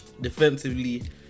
defensively